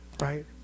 right